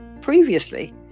previously